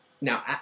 Now